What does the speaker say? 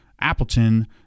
Appleton